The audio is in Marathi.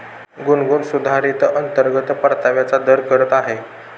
गुनगुन सुधारित अंतर्गत परताव्याचा दर करत आहे